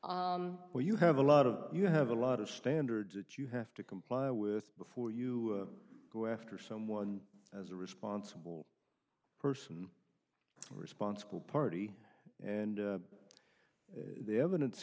where you have a lot of you have a lot of standards that you have to comply with before you go after someone as a responsible person the responsible party and the evidence